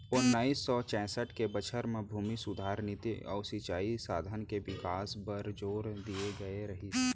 ओन्नाइस सौ चैंसठ के बछर म भूमि सुधार नीति अउ सिंचई साधन के बिकास बर जोर दिए गए रहिस